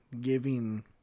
giving